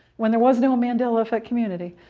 when there was no mandela effect community.